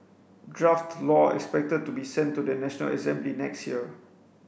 draft law expected to be sent to the National Assembly next year